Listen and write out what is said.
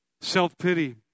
self-pity